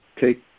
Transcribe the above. take